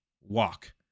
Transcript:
Walk